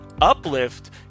uplift